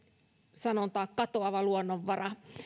sanontaa katoava luonnonvara